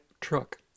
truck